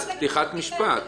זה פתיחת משפט.